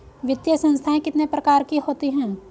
वित्तीय संस्थाएं कितने प्रकार की होती हैं?